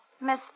Miss